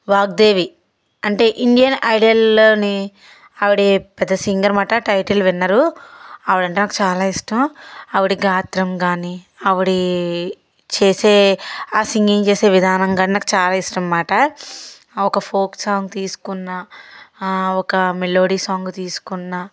వాగ్దేవి అంటే ఇండియన్ ఐడియల్లోని ఆవిడ పెద్ద సింగర్ అన్నమాట టైటిల్ విన్నర్ ఆవిడ అంటే నాకు చాలా ఇష్టం ఆవిడ గాత్రం కానీ ఆవిడ చేసే ఆ సింగింగ్ చేసే విధానం కానీ నాకు చాలా ఇష్టం అన్నమాట ఒక ఫోక్ సాంగ్ తీసుకున్న ఒక మెలోడీ సాంగ్ తీసుకున్న